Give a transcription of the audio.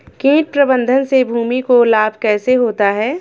कीट प्रबंधन से भूमि को लाभ कैसे होता है?